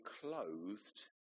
clothed